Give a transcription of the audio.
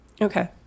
Okay